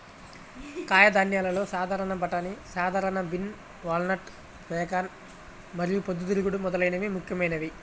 కాయధాన్యాలలో సాధారణ బఠానీ, సాధారణ బీన్, వాల్నట్, పెకాన్ మరియు పొద్దుతిరుగుడు మొదలైనవి ముఖ్యమైనవి